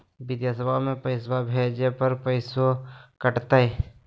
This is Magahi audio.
बिदेशवा मे पैसवा भेजे पर पैसों कट तय?